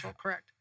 Correct